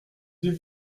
deux